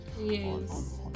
Yes